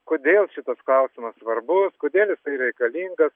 kodėl šitas klausimas svarbus kodėl jisai reikalingas